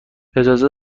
اجازه